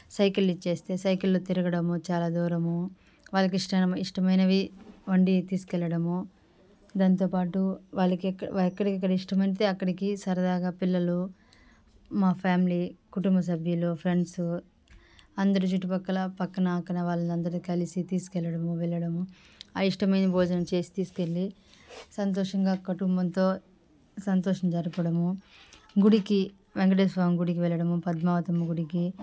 cycle ఇచ్చేస్తే సైకిల్లో తిరగడము చాలా దూరము వాళ్ళకి ఇష్టం ఇష్టమైనవి వండి తీసుకువెళ్ళడము దాంతోపాటు వాళ్ళకి ఎక్కడ ఇష్టమైతే అక్కడికి సరదాగా పిల్లలు మా ఫ్యామిలీ కుటుంబ సభ్యులు ఫ్రెండ్స్ అందరు చుట్టుపక్కల పక్కన అక్కన వాళ్ళు అందరిని కలిసి తీసుకెళ్ళడము వెళ్ళడము ఆ ఇష్టమైన భోజనము తీసుకెళ్ళి సంతోషంగా కుటుంబంతో సంతోషంగా గడపడము గుడికి వెంకటేశ్వర స్వామి గుడికి వెళ్ళడము పద్మావతమ్మ గుడికి